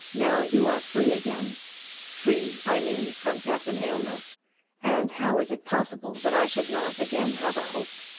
now you are free again free, i mean, from captain aylmer and how is it possible that i should not again have a hope?